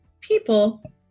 people